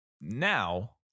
now